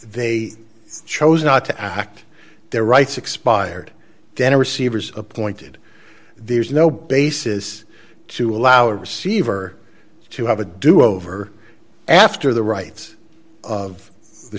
they chose not to act their rights expired then receivers appointed there's no basis to allow a receiver to have a do over after the rights of the